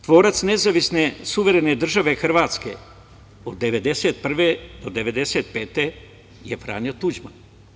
Tvorac nezavisne suverene države Hrvatske od 1991. do 1995. godine je Franjo Tuđman.